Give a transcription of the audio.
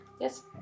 Yes